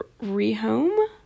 rehome